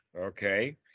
Okay